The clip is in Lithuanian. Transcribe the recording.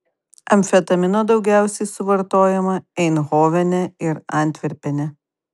amfetamino daugiausiai suvartojama eindhovene ir antverpene